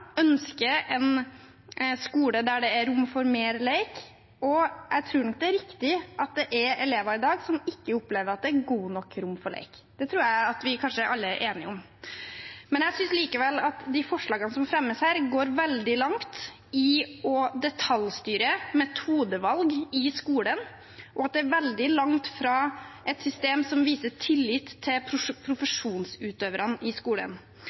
det er elever i dag som ikke opplever at det er godt nok rom for lek. Det tror jeg at vi alle er enige om. Jeg synes likevel at de forslagene som fremmes her, går veldig langt i å detaljstyre metodevalg i skolen, og at det er veldig langt fra et system som viser tillit til profesjonsutøverne i skolen.